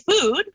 food